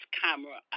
camera